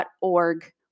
.org